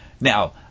Now